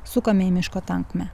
sukame į miško tankmę